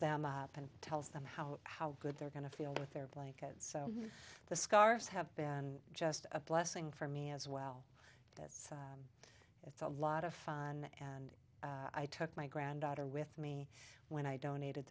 them up and tells them how how good they're going to feel with their blankets so the scarves have been just a blessing for me as well it's a lot of fun and i took my granddaughter with me when i donated